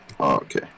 okay